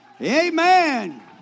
Amen